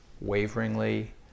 waveringly